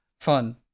Fun